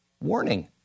warning